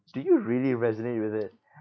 do you really resonate with it